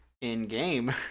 in-game